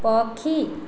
ପକ୍ଷୀ